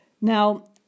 Now